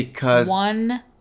one